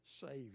Savior